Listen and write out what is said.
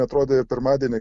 atrodė pirmadienį